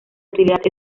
utilidad